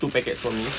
two packets for me